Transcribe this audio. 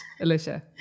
Alicia